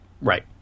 Right